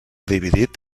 dividit